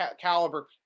caliber